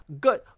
Good